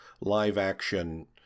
live-action